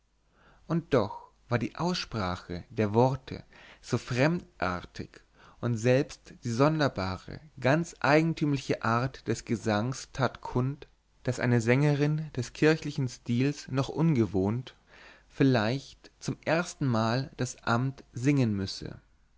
und doch war die aussprache der worte so fremdartig und selbst die sonderbare ganz eigentümliche art des gesanges tat kund daß eine sängerin des kirchlichen stils noch ungewohnt vielleicht zum erstenmal das amt singen müsse